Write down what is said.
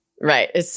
Right